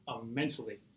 immensely